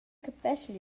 capeschel